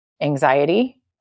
anxiety